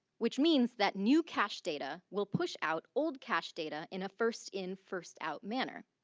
which means that new cached data will push out old cache data in a first in first out manner.